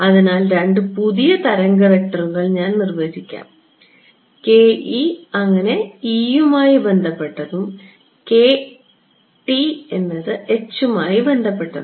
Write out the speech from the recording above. അതിനാൽ രണ്ട് പുതിയ തരംഗ വെക്റ്ററുകൾ ഞാൻ നിർവ്വചിക്കട്ടെ അങ്ങനെ ഭാഗവുമായി ബന്ധപ്പെട്ടതും എന്നത് ഭാഗവുമായി ബന്ധപ്പെട്ടതും